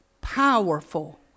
powerful